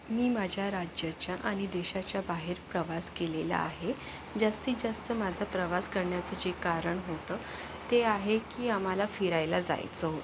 मी माझ्या राज्याच्या आणि देशाच्या बाहेर प्रवास केलेला आहे जास्तीतजास्त माझा प्रवास करण्याचं जे कारण होतं ते आहे की आम्हाला फिरायला जायचं होतं